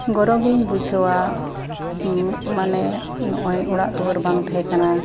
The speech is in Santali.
ᱜᱚᱨᱚᱵᱽ ᱤᱧ ᱵᱩᱡᱷᱟᱹᱣᱟ ᱢᱟᱱᱮ ᱱᱚᱜ ᱚᱭ ᱚᱲᱟᱜ ᱫᱩᱭᱟᱹᱨ ᱵᱟᱝ ᱛᱟᱦᱮᱸ ᱠᱟᱱᱟ